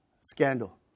scandal